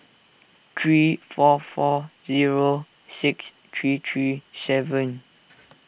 three four four zero six three three seven